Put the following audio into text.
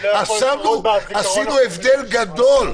יצרנו הבדל גדול.